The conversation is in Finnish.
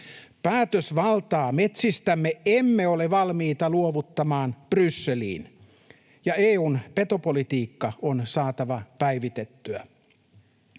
Päätösvaltaa metsistämme emme ole valmiita luovuttamaan Brysseliin, ja EU:n petopolitiikka on saatava päivitettyä.